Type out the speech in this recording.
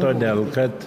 todėl kad